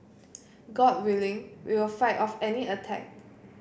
god willing we will fight off any attack